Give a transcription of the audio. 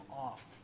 off